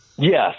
Yes